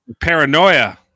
Paranoia